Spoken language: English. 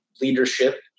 leadership